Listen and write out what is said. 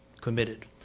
committed